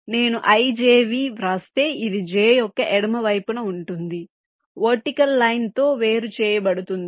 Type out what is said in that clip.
నేను ijV వ్రాస్తే ఇది j యొక్క ఎడమ వైపున ఉంటుంది వర్టికల్ లైన్ తో వేరు చేయబడుతుంది